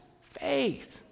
faith